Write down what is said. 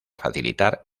facilitar